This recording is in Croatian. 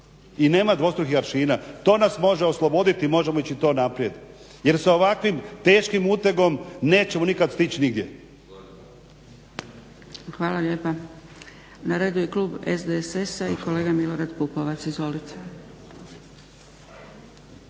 i nema dvostrukih aršina, to nas može osloboditi i možemo ići naprijed. Jer sa ovakvim teškim utegom nećemo nikad stići nigdje. **Zgrebec, Dragica (SDP)** Hvala lijepa. Na redu je klub SDSS-a i kolega Milorad Pupovac. Izvolite.